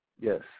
Yes